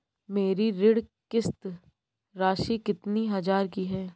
मेरी ऋण किश्त राशि कितनी हजार की है?